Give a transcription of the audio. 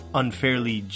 unfairly